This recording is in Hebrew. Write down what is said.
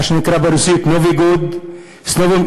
מה שנקרא ברוסית נובי-גוד (מברך בשפה הרוסית),